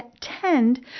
tend